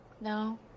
No